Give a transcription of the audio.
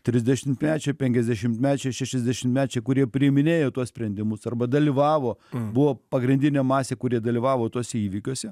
trisdešimtmečiai penkiasdešimtmečiai šešiasdešimtmečiai kurie priiminėjo tuos sprendimus arba dalyvavo buvo pagrindinė masė kuri dalyvavo tuose įvykiuose